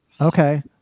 Okay